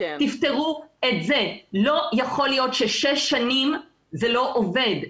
תפתרו את זה.לא יכול להיות ש-6 שנים זה לא ועבד.